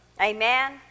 Amen